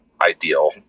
ideal